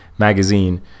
magazine